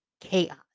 chaos